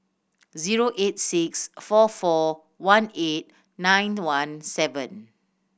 zero eight six four four one eight nine one seven